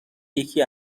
یکی